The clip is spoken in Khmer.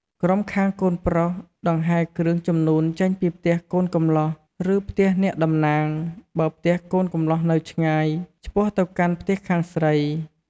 ក្រុមខាងប្រុសដង្ហែរគ្រឿងជំនូនចេញពីផ្ទះកូនកម្លោះ ឬផ្ទះអ្នកតំណាង បើផ្ទះកូនកម្លោះនៅឆ្ងាយ ឆ្ពោះទៅកាន់ផ្ទះខាងស្រី។